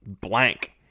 Blank